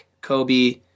Kobe